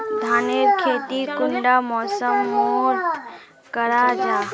धानेर खेती कुंडा मौसम मोत करा जा?